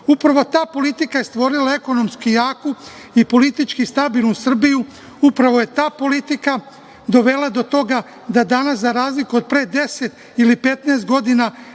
Upravo ta politika je stvorila ekonomski jaku i politički stabilnu Srbiju. Upravo je ta politika dovela do toga da danas za razliku od pre 10 ili 15 godina